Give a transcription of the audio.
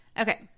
okay